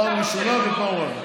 פעם ראשונה ופעם אחרונה.